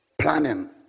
Planning